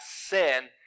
sin